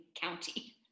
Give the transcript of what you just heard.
county